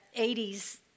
80s